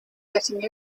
getting